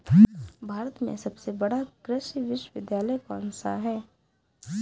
भारत में सबसे बड़ा कृषि विश्वविद्यालय कौनसा है?